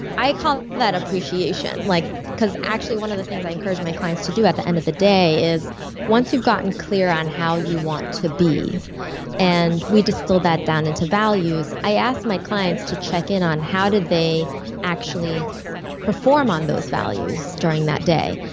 i call that appreciation, like because actually one of the things i encourage my client to do at the end of the day, is once you've gotten clear on how you want to be and we distill that down into values, i ask my clients to check in on how did they actually perform on those values during that day.